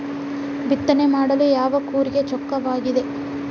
ಬಿತ್ತನೆ ಮಾಡಲು ಯಾವ ಕೂರಿಗೆ ಚೊಕ್ಕವಾಗಿದೆ?